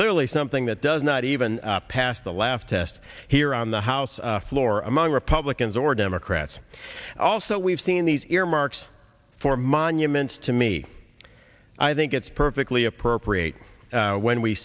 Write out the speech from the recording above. clearly something that does not even pass the laugh test here on the house floor among republicans or democrats also we've seen these earmarks for monuments to me i think it's perfectly appropriate when we